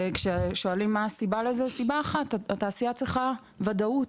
כששואלים מה הסיבה לזה יש סיבה אחת: התעשייה צריכה ודאות.